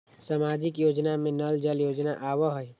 सामाजिक योजना में नल जल योजना आवहई?